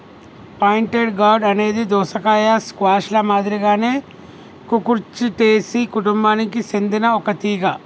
pointed gourd అనేది దోసకాయ, squash ల మాదిరిగానే కుకుర్చిటేసి కుటుంబానికి సెందిన ఒక తీగ